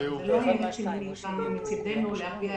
לכן לא נוכל להביע עמדה.